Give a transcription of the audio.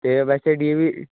ਅਤੇ ਵੈਸੇ D A we